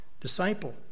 disciple